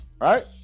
right